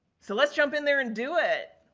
so, let's jump in there and do it.